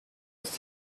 ist